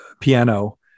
piano